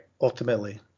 ultimately